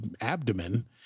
abdomen